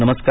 नमस्कार